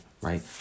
right